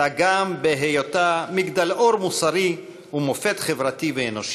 אלא גם בהיותה מגדלור מוסרי ומופת חברתי ואנושי.